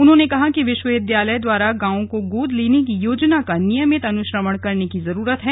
उन्होंने कहा कि विश्वविद्यालय द्वारा गावों को गोद लेने की योजना का नियमित अनुश्रवण करने की जरूरत है